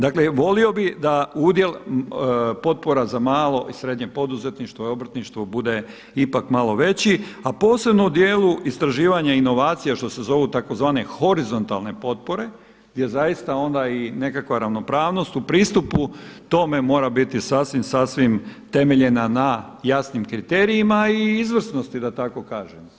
Dakle volio bi da udjel potpora za malo i srednje poduzetništvo i obrtništvo bude ipak malo veći, a posebno u dijelu istraživanje i novacija što se zovu tzv. horizontalne potpore gdje zaista onda i nekakva ravnopravnost u pristupu tome moram biti sasvim, sasvim temeljena na jasnim kriterijima i izvrsnosti da tako kažem.